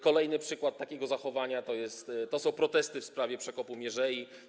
Kolejny przykład takiego zachowania to są protesty w sprawie przekopu mierzei.